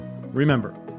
remember